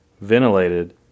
ventilated